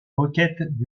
requêtes